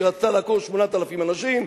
היא רצתה לעקור 8,000 אנשים,